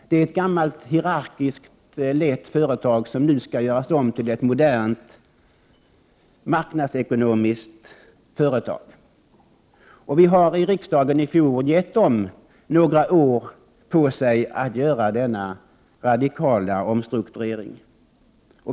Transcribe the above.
SJ är ett gammalt hierarkiskt lett företag som nu skall göras om till ett modernt marknadsekonomiskt företag. Vi har gett SJ några år på sig för att göra denna radikala omstrukturering.